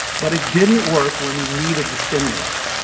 but it didn't work when we needed the stimulus.